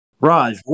Raj